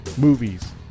movies